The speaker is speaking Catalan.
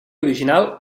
original